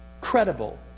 credible